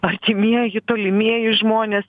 artimieji tolimieji žmonės